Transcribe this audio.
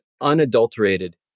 unadulterated